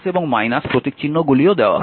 এবং প্রতীক চিহ্নগুলিও দেওয়া হয়েছে